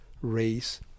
race